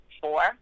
four